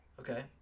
okay